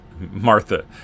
Martha